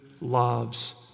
loves